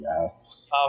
Yes